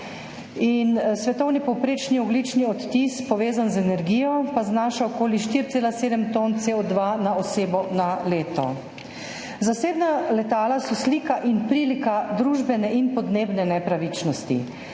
Svetovni povprečni ogljični odtis, povezan z energijo, pa znaša okoli 4,7 ton CO2 na osebo na leto. Zasebna letala so slika in prilika družbene in podnebne nepravičnosti.